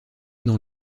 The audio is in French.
dans